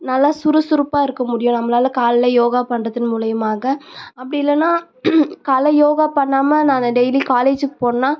நல்லா சுறுசுறுப்பாக இருக்க முடியும் நம்மளாலே காலைல யோகா பண்ணுறதன் மூலயமாக அப்படி இல்லைன்னா காலைல யோகா பண்ணாமல் நான் டெய்லி காலேஜுக்கு போனேன்னா